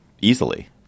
easily